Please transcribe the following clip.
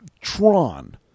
Tron